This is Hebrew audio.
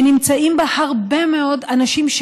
שנמצאים בה הרבה מאוד אנשים,